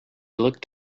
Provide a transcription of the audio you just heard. looked